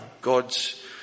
God's